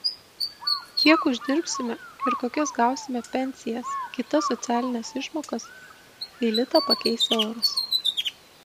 kiek uždirbsime ir kokias gausime pensijas kitas socialines išmokas kai litą pakeis euras